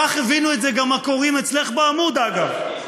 כך הבינו את זה גם הקוראים אצלך בעמוד, אגב.